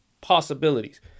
possibilities